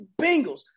Bengals